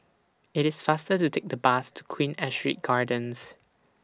IT IS faster to Take The Bus to Queen Astrid Gardens